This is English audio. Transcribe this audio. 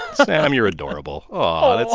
sam, you're adorable. aw, that's